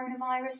coronavirus